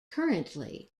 currently